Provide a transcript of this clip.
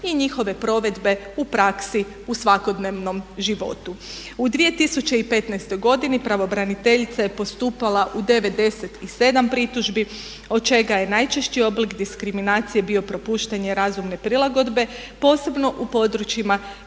i njihove provedbe u praksi u svakodnevnom životu. U 2015. godini pravobraniteljica je postupala u 97 pritužbi, od čega je najčešći oblik diskriminacije bio propuštanje razumne prilagodbe, posebno u područjima